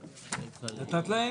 הנוסח.